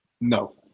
No